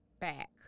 back